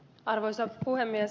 arvoisa puhemies